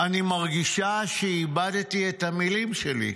אני מרגישה שאיבדתי את המילים שלי'.